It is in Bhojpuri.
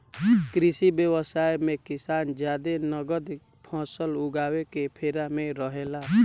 कृषि व्यवसाय मे किसान जादे नगद फसल उगावे के फेरा में रहेला